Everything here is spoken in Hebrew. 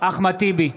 אחמד טיבי,